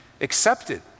accepted